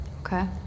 Okay